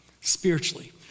spiritually